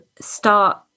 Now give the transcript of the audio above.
start